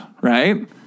right